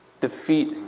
defeat